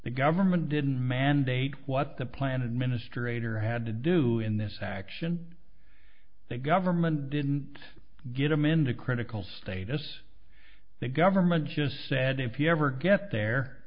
the government didn't mandate what the plan administrator had to do in this action the government didn't get him into critical status the government just said if you ever get there